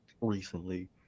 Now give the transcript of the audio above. recently